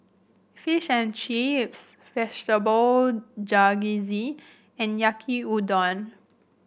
Fish and Chips Vegetable Jalfrezi and Yaki Udon